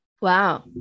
Wow